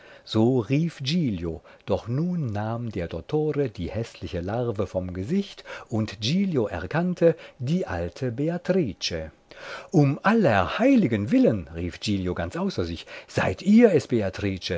so rief giglio doch nun nahm der dottore die häßliche larve vom gesicht und giglio erkannte die alte beatrice um aller heiligen willen rief giglio ganz außer sich seid ihr